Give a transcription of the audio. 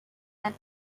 and